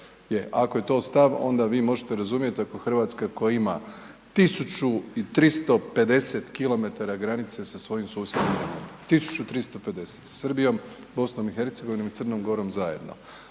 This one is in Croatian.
Ako je to stav onda vi možete razumjeti ako Hrvatska koja ima 1350 kilometara granice sa svojim susjednim zemljama, 1350 sa Srbijom, BiH, Crnom Gorom zajedno.